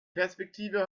perspektive